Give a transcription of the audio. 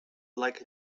like